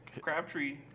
Crabtree